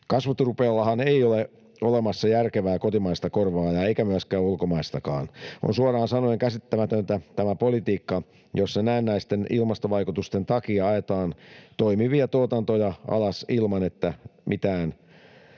kasvuturpeellahan ei ole olemassa järkevää kotimaista korvaajaa, eikä ulkomaistakaan. On suoraan sanoen käsittämätöntä tämä politiikka, jossa näennäisten ilmastovaikutusten takia ajetaan toimivia tuotantoja alas ilman mitään,